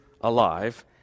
alive